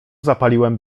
zapaliłem